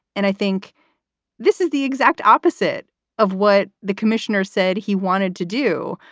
and i think this is the exact opposite of what the commissioner said he wanted to do.